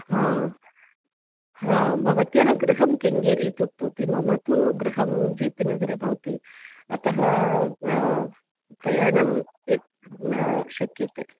हा हा भवत्याः गृहं किङ्गेरी इत्युक्तमिति मम तु गृहं जे पि नगरे भवति अतः प्रयाणम् न शक्यते